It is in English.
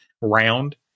round